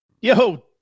Yo